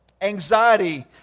anxiety